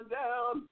down